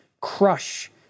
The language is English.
crush